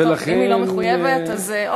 טוב, אם היא לא מחויבת, אז אוקיי.